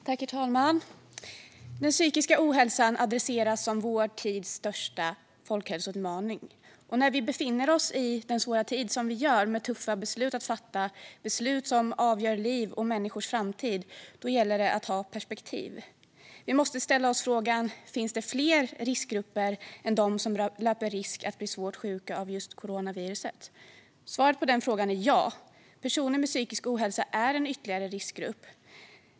Herr talman! Den psykiska ohälsan adresseras som vår tids största folkhälsoutmaning. Och när vi nu befinner oss i denna svåra tid med tuffa beslut att fatta - beslut som avgör liv och människors framtid - gäller det att ha perspektiv. Vi måste ställa oss frågan: Finns det fler riskgrupper än de som löper risk att bli svårt sjuka av coronaviruset? Svaret på den frågan är ja. Personer med psykisk ohälsa är en ytterligare riskgrupp.